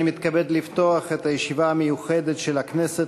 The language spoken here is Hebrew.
אני מתכבד לפתוח את הישיבה המיוחדת של הכנסת